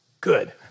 Good